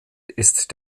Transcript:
ist